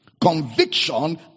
Conviction